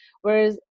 Whereas